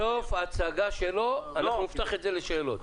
בסוף ההצגה שלו אנחנו נפתח את זה לשאלות.